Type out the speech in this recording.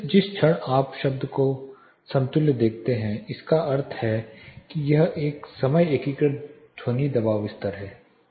जिस क्षण आप शब्द को समतुल्य देखते हैं जिसका अर्थ है कि यह एक समय एकीकृत ध्वनि दबाव स्तर है